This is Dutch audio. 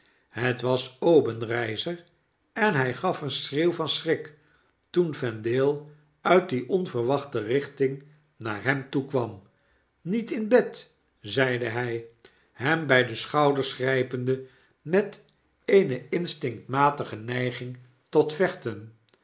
het was obenreizer en hy gaf een schreeuw van schrik toen vendale uit die onverwachte richting naar hem toe kwam niet in bed p zeide hy hem by de schouders grypende met eene instinctmatige neiging tot vechten